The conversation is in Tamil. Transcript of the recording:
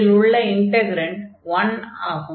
இதில் உள்ள இன்டக்ரன்டு 1 ஆகும்